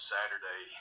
Saturday